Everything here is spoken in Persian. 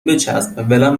بچسب، ولم